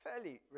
Fairly